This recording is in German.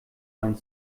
ein